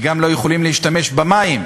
וגם לא יכולים להשתמש במים.